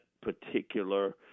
particular